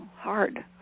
hard